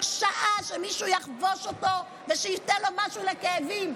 שעה שמישהו יחבוש אותו וייתן לו משהו לכאבים?